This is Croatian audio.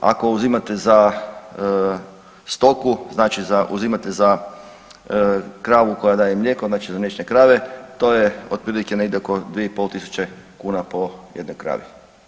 Ako uzimate za stoku, znači uzimate za kravu koja daje mlijeko znači za mliječne krave, to je otprilike negdje oko 2500 kuna po jednoj kravi.